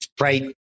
Right